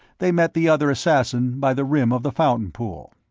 they met the other assassin by the rim of the fountain pool.